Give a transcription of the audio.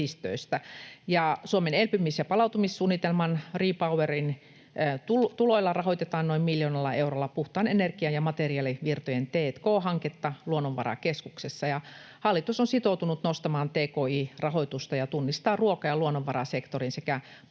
Suomen elpymis‑ ja palautumissuunnitelman REPowerin tuloilla rahoitetaan noin miljoonalla eurolla puhtaan energian ja materiaalivirtojen t&k-hanketta Luonnonvarakeskuksessa. Hallitus on sitoutunut nostamaan tki-rahoitusta ja tunnistaa ruoka‑ ja luonnonvarasektorin sekä paikkatietoalan